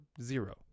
zero